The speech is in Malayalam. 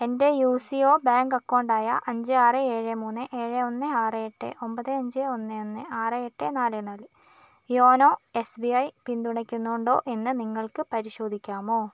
എൻ്റെ യു സി ഒ ബാങ്ക് അക്കൗണ്ടായ അഞ്ച് ആറ് ഏഴ് മൂന്ന് ഏഴ് ഒന്ന് ആറ് എട്ട് ഒമ്പത് അഞ്ച് ഒന്ന് ഒന്ന് ആറെ എട്ട് നാല് നാല് യോനോ എസ് ബി ഐ പിന്തുണയ്ക്കുന്നുണ്ടോ എന്ന് നിങ്ങൾക്ക് പരിശോധിക്കാമോ